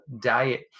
diet